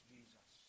Jesus